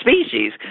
species